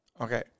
Okay